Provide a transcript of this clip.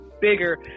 bigger